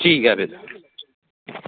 ठीक ऐ फिर